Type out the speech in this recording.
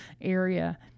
area